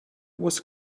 was